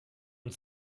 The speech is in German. und